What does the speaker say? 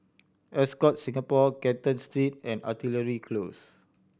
Ascott Singapore Canton Street and Artillery Close